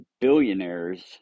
billionaires